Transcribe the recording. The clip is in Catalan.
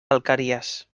alqueries